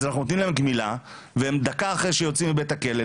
אז אנחנו נותנים להם גמילה והם דקה אחרי שהם יוצאים מבית הכלא,